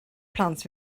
plant